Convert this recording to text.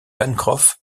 pencroff